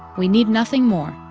we need nothing more.